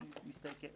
אני מסכים.